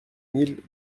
mille